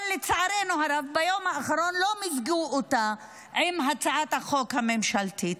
אבל לצערנו הרב ביום האחרון לא מיזגו אותה עם הצעת החוק הממשלתית.